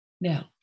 Now